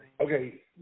Okay